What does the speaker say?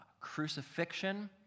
crucifixion